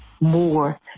more